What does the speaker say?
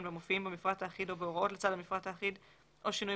והמופיעים במפרט האחיד או בהוראות לצד המפרט האחיד או שינוי